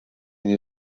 nie